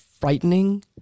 frightening